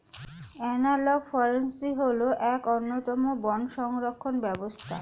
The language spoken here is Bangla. অ্যানালগ ফরেস্ট্রি হল এক অন্যতম বন সংরক্ষণ ব্যবস্থা